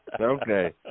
Okay